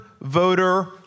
voter